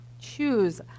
choose